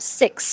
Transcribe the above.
six